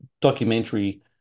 documentary